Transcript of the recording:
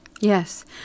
Yes